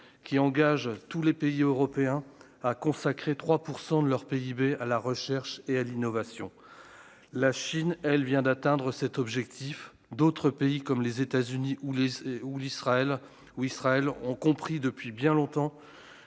qui engage tous les pays européens à consacrer 3 % de leur PIB à la recherche et à l'innovation, la Chine, elle vient d'atteindre cet objectif, d'autres pays comme les États-Unis ou les ou l'Israël ou Israël ont compris depuis bien longtemps